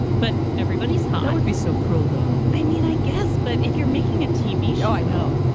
but everybody's heart would be so cruel, though. i mean, i guess. but if you're making a tv show. oh, i know.